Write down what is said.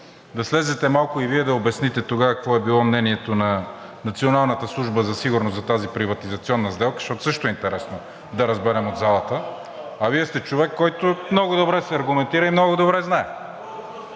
да слезете и да обясните тогава какво е било мнението на Националната служба за сигурност за тази приватизационна сделка, защото също е интересно да разберем в залата. А Вие сте човек, който много добре се аргументира и много добре знае